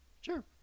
Sure